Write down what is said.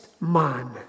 man